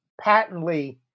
patently